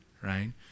right